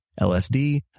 LSD